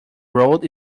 road